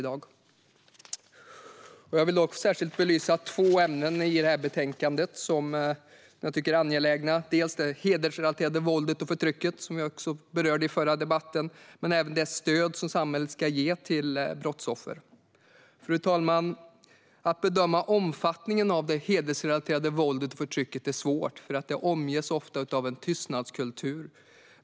Jag vill särskilt belysa två ämnen i betänkandet som jag tycker är angelägna, dels det hedersrelaterade våldet och förtrycket, dels det stöd som samhället ska ge till brottsoffer. Fru talman! Att bedöma omfattningen av det hedersrelaterade våldet och förtrycket är svårt. Den omges ofta av en tystnadskultur.